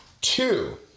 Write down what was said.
Two